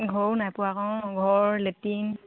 ঘৰৰো নাই পোৱা আকৌ ঘৰ লেটিন